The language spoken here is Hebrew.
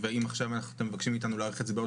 ואם עכשיו אתם מבקשים מאתנו להאריך את זה בעוד